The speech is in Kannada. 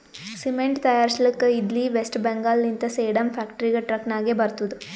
ಸಿಮೆಂಟ್ ತೈಯಾರ್ಸ್ಲಕ್ ಇದ್ಲಿ ವೆಸ್ಟ್ ಬೆಂಗಾಲ್ ಲಿಂತ ಸೇಡಂ ಫ್ಯಾಕ್ಟರಿಗ ಟ್ರಕ್ ನಾಗೆ ಬರ್ತುದ್